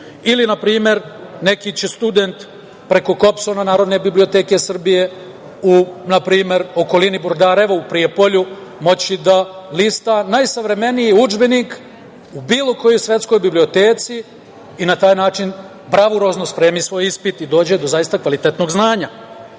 Na primer, neki će student preko KoBSON-a Narodne biblioteke Srbije u okolini Brodareva, u Prijepolju moći da lista najsavremeniji udžbenik u bilo kojoj svetskoj biblioteci i na taj način bravurozno spremiti svoj ispit i da dođe do zaista kvalitetnog znanja. Znam